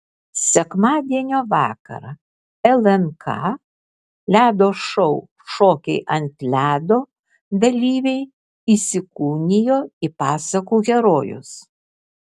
sekmadienio vakarą lnk ledo šou šokiai ant ledo dalyviai įsikūnijo į pasakų herojus